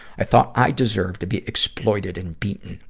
i thought i deserved to be exploited and beaten.